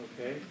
okay